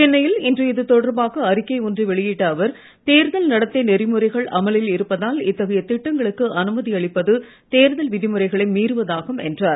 சென்னையில் இன்று இதுதொடர்பாக அறிக்கை ஒன்றை வெளியிட்ட அவர் தேர்தல் நடத்தை நெறிமுறைகள் அமலில் இருப்பதால் இத்தகைய திட்டங்களுக்கு அனுமதியளிப்பது தேர்தல் விதிமுறைகளை மீறுவதாகும் என்றார்